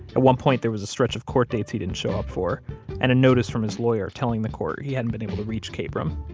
at one point, there was a stretch of court dates he didn't show up for and a notice from his lawyer telling the court he hadn't been able to reach kabrahm.